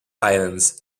islands